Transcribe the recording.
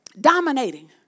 Dominating